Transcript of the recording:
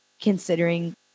considering